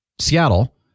Seattle